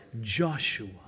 Joshua